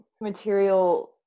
material